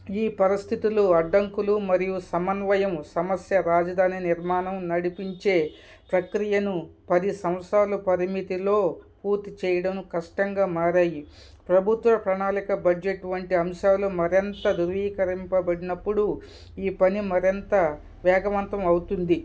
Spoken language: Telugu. ఈ పరిస్థితులు అడ్డంకులు మరియు సమన్వయం సమస్య రాజధాని నిర్మాణం నడిపించే ప్రక్రియను పది సంవత్సరాలు పరిమితిలో పూర్తి చేయడం కష్టంగా మారాయి ప్రభుత్వ ప్రణాళిక బడ్జెట్ వంటి అంశాలు మరింత ధృవీకరింపబడినప్పుడు ఈ పని మరింత వేగవంతం అవుతుంది